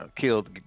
killed